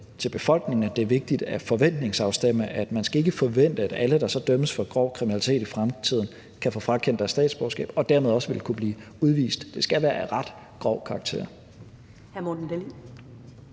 til befolkningen tror jeg, at det er vigtigt at forventningsafstemme, altså at man ikke skal forvente, at alle, der så dømmes for grov kriminalitet i fremtiden, kan få frakendt deres statsborgerskab og dermed også vil kunne blive udvist. For det skal være af ret grov karakter.